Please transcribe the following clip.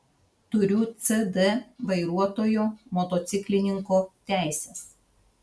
turiu c d vairuotojo motociklininko teises